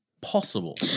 possible